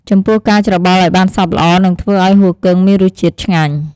ចំពោះការច្របល់ឱ្យបានសព្វល្អ នឹងធ្វើឱ្យហ៊ូគឹងមានរសជាតិឆ្ងាញ់។